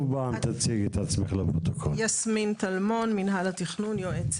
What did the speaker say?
לירון, היעוץ